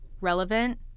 relevant